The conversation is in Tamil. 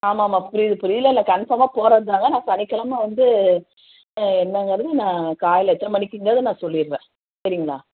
ஆமாம் ஆமாம் புரியுது புரியுது இல்லை இல்லை கன்ஃபார்மாக போகறோம் தாங்க நான் சனிக்கிழம வந்து ஆ என்னங்கிறது நான் காலையில் எத்தனை மணிக்கிங்கிறது நான் சொல்லிடுறேன் சரிங்களா